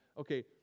okay